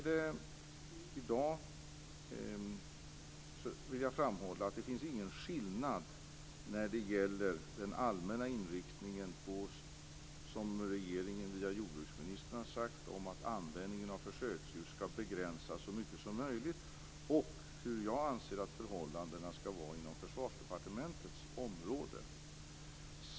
Det finns ingen skillnad när det gäller den allmänna inriktning som regeringen via jordbruksministern har angett om att användningen av försöksdjur skall begränsas så mycket som möjligt och hur jag anser att förhållandena skall vara inom Försvarsdepartementets område.